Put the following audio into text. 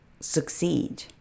succeed